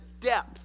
depth